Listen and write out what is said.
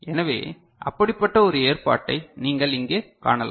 எனவே அப்படிப்பட்ட ஒரு ஏற்பாட்டை நீங்கள் இங்கே காணலாம்